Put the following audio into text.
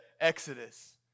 Exodus